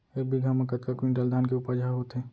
एक बीघा म कतका क्विंटल धान के उपज ह होथे?